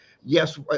Yes